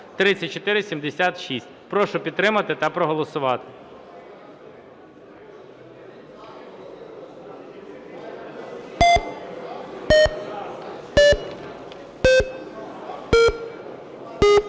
Прошу підтримати та проголосувати.